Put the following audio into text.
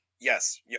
yes